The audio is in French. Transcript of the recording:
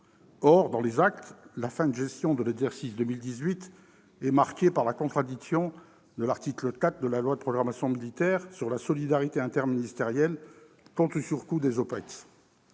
Or, dans les actes, la fin de gestion de l'exercice 2018 est marquée par la contradiction de l'article 4 de la loi de programmation militaire sur la solidarité interministérielle quant aux surcoûts des OPEX.